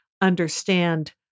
understand